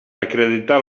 acreditar